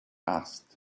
asked